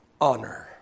honor